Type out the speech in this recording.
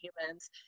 humans